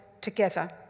together